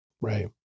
Right